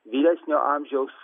vyresnio amžiaus